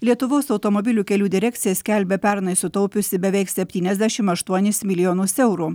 lietuvos automobilių kelių direkcija skelbia pernai sutaupiusi beveik septyniasdešim aštuonis milijonus eurų